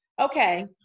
Okay